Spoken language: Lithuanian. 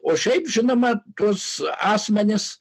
o šiaip žinoma tuos asmenis